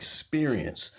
experience